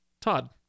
Todd